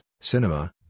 cinema